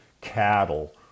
cattle